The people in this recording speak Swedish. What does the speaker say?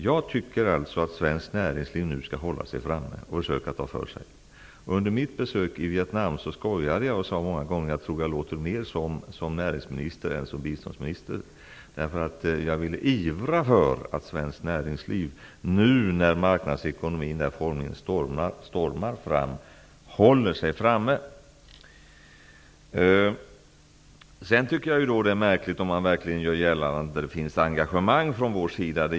Jag tycker alltså att svenskt näringsliv nu skall hålla sig framme och försöka ta för sig. Under mitt besök i Vietnam sade jag många gånger skämtsamt att jag lät mer som en näringsminister än som en biståndsminister. Jag ville ivra för att svenskt näringsliv nu när marknadsekonomin formligen stormar fram skall hålla sig framme. Jag tycker att det är märkligt att man verkligen gör gällande att det inte skulle finnas engagemang från vår sida.